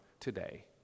Today